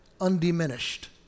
undiminished